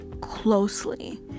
closely